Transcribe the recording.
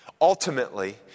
Ultimately